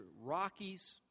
Rockies